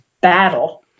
battle